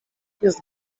jest